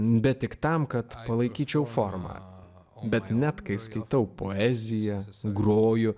bet tik tam kad palaikyčiau formą bet net kai skaitau poeziją groju